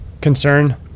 concern